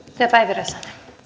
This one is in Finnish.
arvoisa rouva